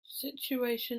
situation